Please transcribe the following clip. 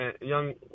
young